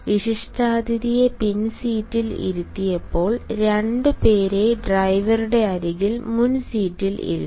വിശിഷ്ടാതിഥിയെ പിൻസീറ്റിൽ ഇരുത്തിയപ്പോൾ 2 പേരെ ഡ്രൈവറുടെ അരികിൽ മുൻ സീറ്റിൽ ഇരുത്തി